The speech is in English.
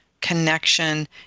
connection